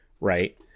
right